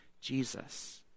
Jesus